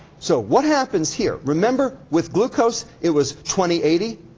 so what happens here? remember with glucose it was twenty eighty?